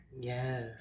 Yes